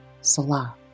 Salah